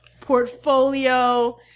portfolio